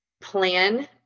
plan